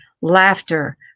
laughter